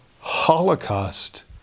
Holocaust